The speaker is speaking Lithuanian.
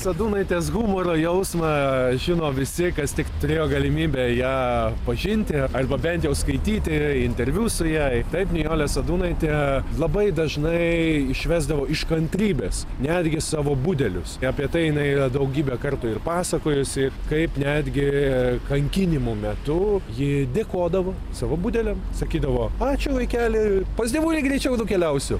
sadūnaitės humoro jausmą žino visi kas tik turėjo galimybę ją pažinti arba bent jau skaityti interviu su ja ir taip nijolė sadūnaitė labai dažnai išvesdavo iš kantrybės netgi savo budelius apie tai jinai yra daugybę kartų ir pasakojusi kaip netgi kankinimų metu ji dėkodavo savo budeliam sakydavo ačiū vaikeli pas dievulį greičiau nukeliausiu